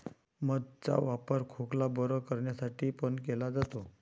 मध चा वापर खोकला बरं करण्यासाठी पण केला जातो